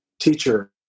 teacher